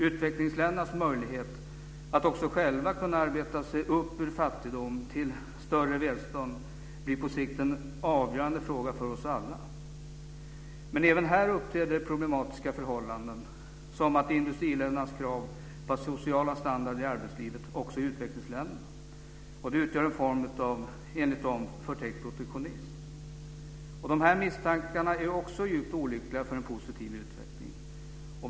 Utvecklingsländernas möjlighet att också själva kunna arbeta sig upp ur fattigdom till större välstånd blir på sikt en avgörande fråga för oss alla. Men även här uppträder problematiska förhållanden som industriländernas krav på den sociala standarden i arbetslivet också i utvecklingsländerna. Det utgör enligt dem en form av förtäckt protektionism. De här misstankarna är också djupt olyckliga för en positiv utveckling.